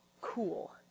cool